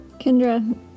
Kendra